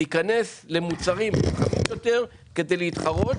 להיכנס למוצרים חכמים יותר כדי להתחרות